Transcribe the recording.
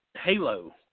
Halo